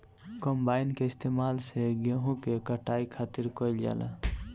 combine के इस्तेमाल से गेहूँ के कटाई खातिर कईल जाला